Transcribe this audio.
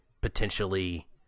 potentially